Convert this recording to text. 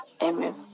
Amen